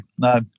no